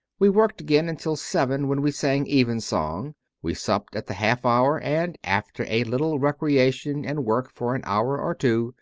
we worked again until seven, when we sang evensong we supped at the half hour, and, after a little recreation and work for an hour or two,